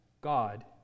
God